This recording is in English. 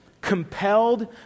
compelled